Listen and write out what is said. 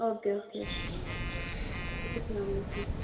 او کے okay okay اسلام علیکُم